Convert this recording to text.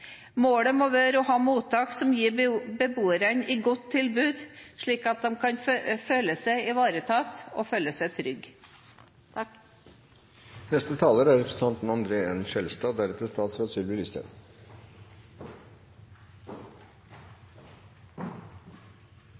Målet må være å ha mottak som gir beboerne et godt tilbud, slik at de kan føle seg ivaretatt og